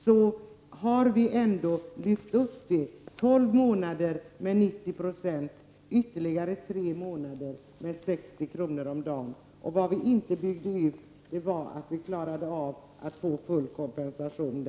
Vi har ändå lyft upp den till 12 månader med 90 26 ersättning och ytterligare tre månader med 60 kr. om dagen. Det som inte har byggts ut är att få full kompensation.